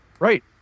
Right